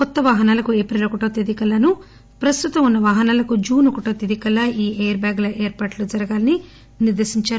కొత్త వాహనాలకు ఏప్రిల్ ఒకటో తేదీకల్లా ప్రస్తుతం ఉన్న వాహనాలకు జున్ ఒకటవ తేదీ కల్లా ఈ ఎయిర్బ్యాగుల ఏర్పాటు జరగాలని నిర్దేశించారు